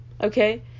okay